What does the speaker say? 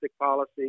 policy